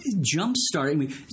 jump-starting